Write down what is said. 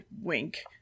Wink